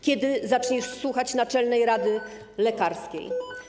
Kiedy zacznie słuchać Naczelnej Rady Lekarskiej?